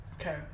Okay